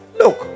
look